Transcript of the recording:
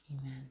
Amen